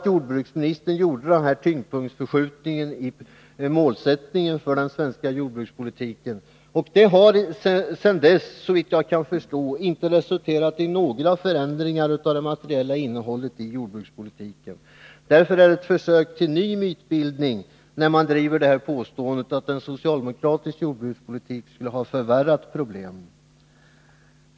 Jordbruksministern gjorde alltså en tyngdpunktsförskjutning när det gällde målsättningen för den svenska jordbrukspolitiken. Såvitt jag förstår har detta inte resulterat i några förändringar av jordbrukspolitikens materiella innehåll. Därför är det ett försök till ny mytbildning, när man kommer med påståendet att en socialdemokratisk jordbrukspolitik skulle ha förvärrat problemen.